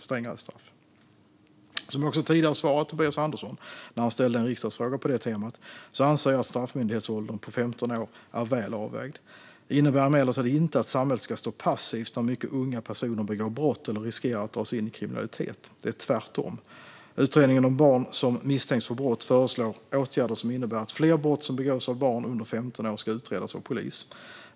Som jag också tidigare svarat Tobias Andersson när han ställde en riksdagsfråga på det temat anser jag att straffmyndighetsåldern på 15 år är väl avvägd. Det innebär emellertid inte att samhället ska stå passivt när mycket unga personer begår brott eller riskerar att dras in i kriminalitet. Det är tvärtom. Utredningen om barn som misstänks för brott föreslår åtgärder som innebär att fler brott som begås av barn under 15 år ska utredas av polis.